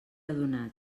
adonat